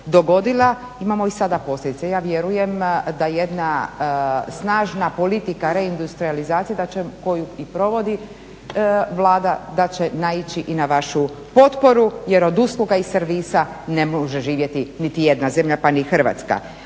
dogodila, imamo i sada posljedice. Ja vjerujem da jedna snažan politika, deindustrijalizacija da će koju i provodi Vlada, da će naići i na vašu potporu jer od usluga i servisa ne može živjeti niti jedna zemlja, pa ni Hrvatska